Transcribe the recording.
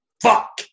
Fuck